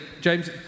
James